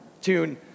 tune